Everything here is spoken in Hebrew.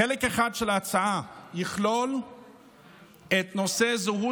חלק אחד של ההצעה יכלול את נושא זהות